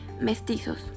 mestizos